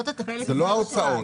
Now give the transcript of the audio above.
זה לא ההוצאות.